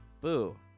Boo